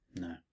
No